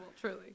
truly